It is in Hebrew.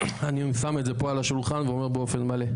אני שם את זה פה על השולחן ואומר את זה באופן מלא.